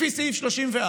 לפי סעיף 34,